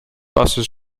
buses